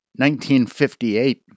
1958